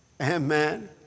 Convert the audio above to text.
Amen